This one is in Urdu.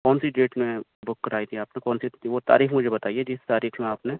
کون سی ڈیٹ میں بک کرائی تھی آپ نے کون سی وہ تاریخ مجھے بتائیے جس تاریخ میں آپ نے